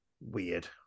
Weird